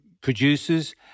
producers